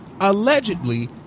allegedly